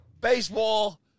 Baseball